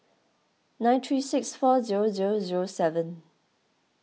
nine three six four zero zero zero seven